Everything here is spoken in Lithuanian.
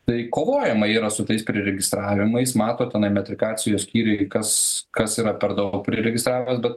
tai kovojama yra su tais priregistravimais mato tenai metrikacijos skyriuj kas kas yra per daug priregistravęs